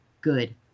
good